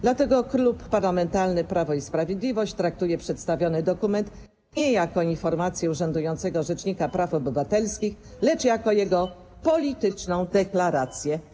Dlatego Klub Parlamentarny Prawo i Sprawiedliwość traktuje przedstawiony dokument nie jako informację urzędującego rzecznika praw obywatelskich, lecz jako jego polityczną deklarację.